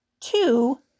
two